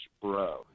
Bro